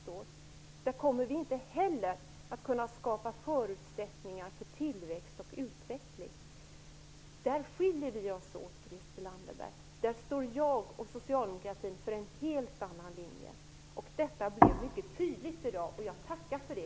I ett sådant samhälle kommer vi inte heller att kunna skapa förutsättningar för tillväxt och utveckling. Där skiljer vi oss åt, Christel Anderberg! Jag och socialdemokratin står för en helt annan linje. Det har blivit mycket tydligt i dag och jag tackar för det.